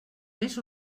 més